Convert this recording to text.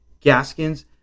Gaskins